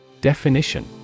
Definition